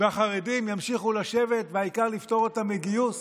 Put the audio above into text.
והחרדים ימשיכו לשבת, והעיקר לפטור אותם מגיוס?